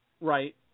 Right